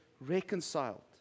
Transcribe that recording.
reconciled